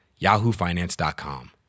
YahooFinance.com